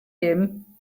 him